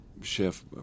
Chef